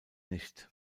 nicht